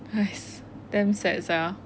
!hais! damn sad sia